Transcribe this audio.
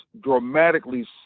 dramatically